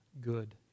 good